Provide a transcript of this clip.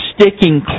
sticking